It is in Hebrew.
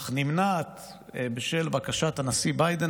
אך נמנעת בשל בקשת הנשיא ביידן.